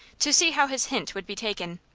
to see how his hint would be taken.